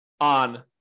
on